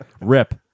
Rip